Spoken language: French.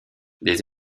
les